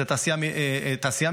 זה התעשייה המתקדמת,